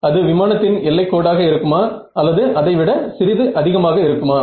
அது விமானத்தின் எல்லைக் கோடாக இருக்குமா அல்லது அதைவிட சிறிது அதிகமாக இருக்குமா